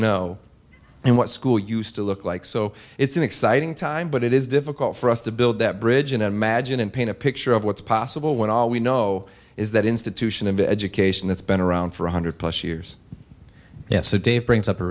know and what school used to look like so it's an exciting time but it is difficult for us to build that bridge in imagine and paint a picture of what's possible when all we know is that institution and education that's been around for one hundred plus years yes so dave brings up a